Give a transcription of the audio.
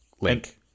link